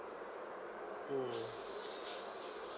mm